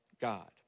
God